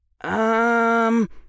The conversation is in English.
Um